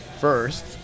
first